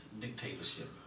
dictatorship